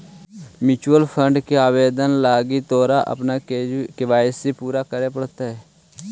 mutual fund के आवेदन लागी तोरा अपन के.वाई.सी पूरा करे पड़तो